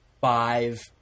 five